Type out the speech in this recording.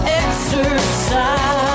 exercise